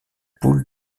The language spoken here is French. poule